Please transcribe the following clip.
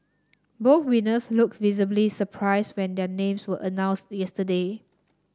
both winners looked visibly surprised when their names were announced yesterday